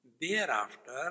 thereafter